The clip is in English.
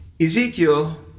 Ezekiel